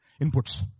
inputs